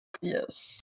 Yes